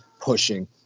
pushing